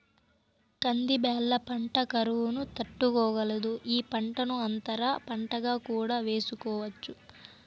కంది బ్యాళ్ళ పంట కరువును తట్టుకోగలదు, ఈ పంటను అంతర పంటగా కూడా వేసుకోవచ్చు